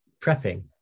prepping